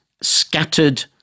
scattered